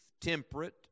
temperate